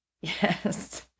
Yes